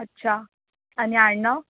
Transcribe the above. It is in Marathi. अच्छा आणि आडनाव